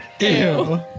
Ew